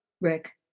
Rick